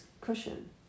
cushion